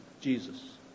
Jesus